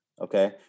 Okay